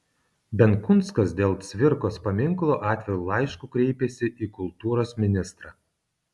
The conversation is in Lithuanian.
benkunskas dėl cvirkos paminklo atviru laišku kreipėsi į kultūros ministrą